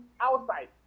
outside